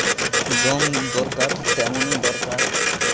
ᱡᱚᱢ ᱫᱚᱨᱠᱟᱨ ᱛᱮᱢᱚᱱᱮ ᱫᱚᱨᱠᱟᱨ